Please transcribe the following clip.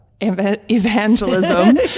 evangelism